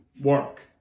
work